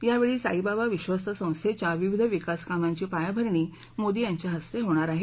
यावेळी साईबाबा विश्वस्त संस्थेच्या विविध विकास कामांची पायाभरणी मोदी यांच्या हस्ते होणार आहे